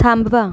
थांबवा